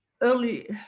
early